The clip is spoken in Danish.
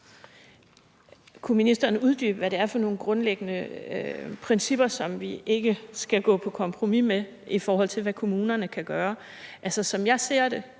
Kunne ministeren uddybe, hvad det er for nogle grundlæggende principper, som vi ikke skal gå på kompromis med, i forhold til hvad kommunerne kan gøre? Altså, som jeg ser det